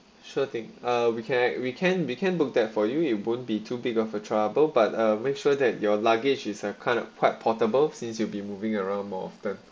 sure thing uh we can we can we can book that for you it won't be too big of a trouble but uh make sure that your luggage is a kind of quite portable since you'll be moving around more often